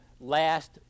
last